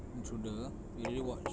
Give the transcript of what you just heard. intruder we already watch